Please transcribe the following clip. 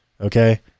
okay